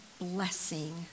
blessing